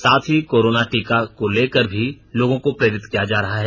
साथ ही कोरोना टीका को लेकर भी लोगों को प्रेरित किया जा रहा है